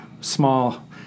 small